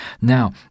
Now